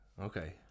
Okay